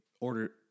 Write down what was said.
order